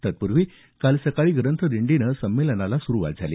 तत्पूर्वी काल सकाळी ग्रंथदिंडीनं संमेलनाला सुरुवात झाली